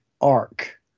arc